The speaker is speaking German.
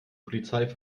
polizei